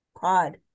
pod